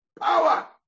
Power